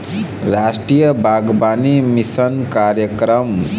रास्टीय बागबानी मिसन कार्यकरम